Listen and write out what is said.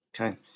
Okay